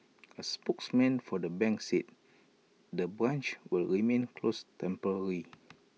A spokesman for the bank said the branch will remain closed temporarily